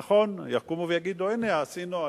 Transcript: נכון, יקומו ויגידו: הנה, עשינו.